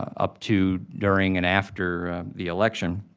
up to, during, and after the election.